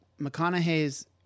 McConaughey's